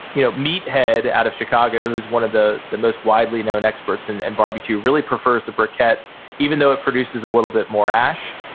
you know meathead out of chicago, who's one of the the most widely known experts in and barbecue really prefers the briquette even though it produces a little bit more ash.